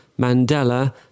Mandela